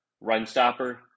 run-stopper